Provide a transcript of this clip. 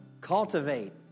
Cultivate